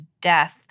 death